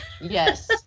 Yes